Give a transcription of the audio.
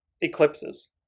eclipses